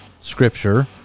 Scripture